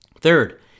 Third